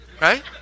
Right